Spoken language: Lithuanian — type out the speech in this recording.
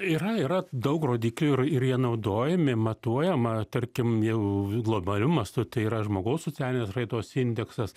yra yra daug rodiklių ir ir jie naudojami matuojama tarkim jau globaliu mastu tai yra žmogaus socialinės raidos indeksas